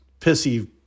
pissy